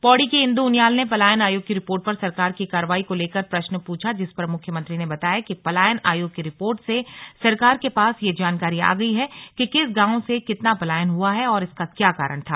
पौड़ी की इंद् उनियाल ने पलायन आयोग की रिपोर्ट पर सरकार की कार्रवाई को लेकर प्रश्न प्रछा जिस पर मुख्यमंत्री ने बताया कि पलायन आयोग की रिपोर्ट से सरकार के पास यह जानकारी आ गई है कि किस गांव से कितना पलायन हुआ और इसका क्या कारण था